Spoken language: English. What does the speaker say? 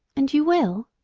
and you will?